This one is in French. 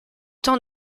tant